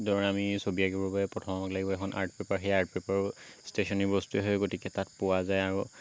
ধৰক আমি ছবি আঁকিবলৈ প্ৰথমতে লাগিব এখন আৰ্ট পেপাৰ সেই আৰ্ট পেপাৰো ষ্টেচনাৰী বস্তুৱেই হয় গতিকে তাত পোৱা যায় আৰু